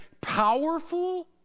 powerful